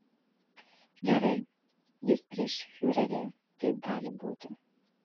gerai jis prieš fiurerį taip gali būti